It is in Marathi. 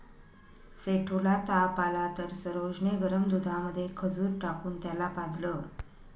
सेठू ला ताप आला तर सरोज ने गरम दुधामध्ये खजूर टाकून त्याला पाजलं